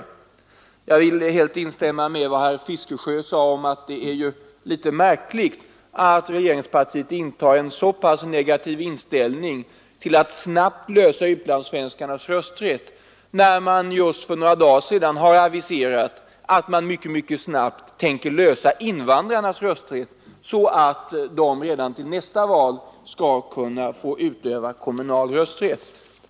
Jag vill helt instämma i herr Fiskesjös uttalande att det är litet underligt att regeringspartiet intar en så pass negativ ställning till att snabbt lösa frågan om utlandssvenskarnas rösträtt när man för några dagar sedan har aviserat att man inom mycket kort tid tänker lösa frågan om invandrarnas rösträtt så att de redan till nästa val skall kunna utöva kommunal rösträtt.